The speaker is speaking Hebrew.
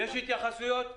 יש התייחסויות?